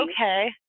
okay